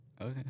Okay